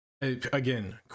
again